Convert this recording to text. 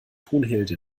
brunhilde